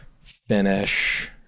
finish